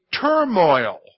turmoil